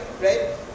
right